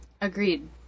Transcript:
Agreed